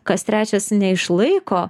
kas trečias neišlaiko